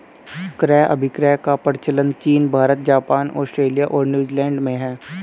क्रय अभिक्रय का प्रचलन चीन भारत, जापान, आस्ट्रेलिया और न्यूजीलैंड में है